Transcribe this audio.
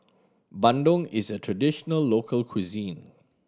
bandung is a traditional local cuisine